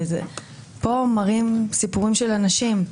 פה מראים סיפורים של אנשים,